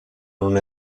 non